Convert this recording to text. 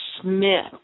Smith